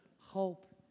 hope